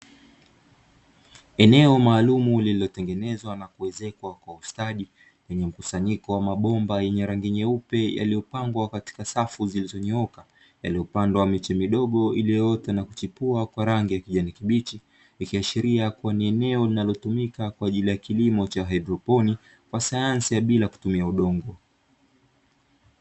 Eneo maalumu lililotengenezwa na kuezekwa kwa ustadi, lenye mkusanyiko wa mabomba yenye rangi nyeupe yaliyopangwa katika safu zilizonyoooka, yaliyopandwa miche midogo iliyoota na kuchipua kwa rangi ya kijani kibichi ikiashiria kuwa ni eneo linalotumika kwaajli ya kilimo cha haidroponi kwa sayansi ya bila kutumia udongo.